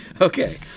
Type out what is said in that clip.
Okay